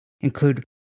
include